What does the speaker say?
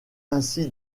ainsi